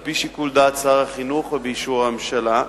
על-פי שיקול דעת שר החינוך ובאישור הממשלה.